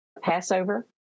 Passover